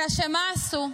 אלא מה עשו?